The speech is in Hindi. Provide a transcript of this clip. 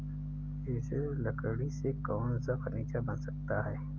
इस लकड़ी से कौन सा फर्नीचर बन सकता है?